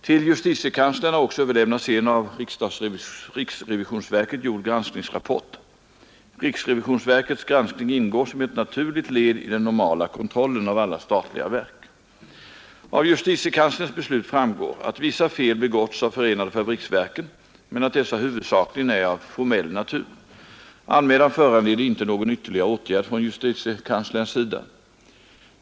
Till justitiekanslern har också överlämnats en av riksrevisionsverket gjord granskningsrapport. Riksrevisionsverkets granskning ingår som ett naturligt led i den normala kontrollen av alla statliga verk. Av justitiekanslerns beslut framgår att vissa fel begåtts av förenade fabriksverken men att dessa huvudsakligen är av formell natur. Anmälan föranleder inte någon ytterligare åtgärd från justitiekanslerns sida.